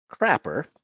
Crapper